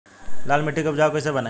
लाल मिट्टी के उपजाऊ कैसे बनाई?